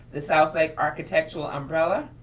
the south lake architectural umbrella,